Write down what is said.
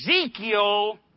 Ezekiel